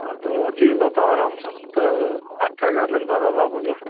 हा त अची वेंदो तव्हां आराम सां त अठ हज़ार लॻंदा दादा मुंहिंजा